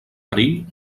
perill